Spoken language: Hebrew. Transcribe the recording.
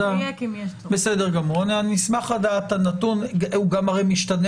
גם הנתון משתנה